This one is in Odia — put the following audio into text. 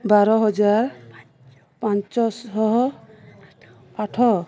ବାର ହଜାର ପାଞ୍ଚଶହ ଆଠ